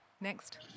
Next